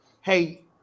Hey